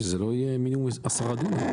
שזה לא יהיה מינימום 10 דונם.